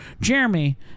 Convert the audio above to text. Jeremy